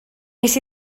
wnes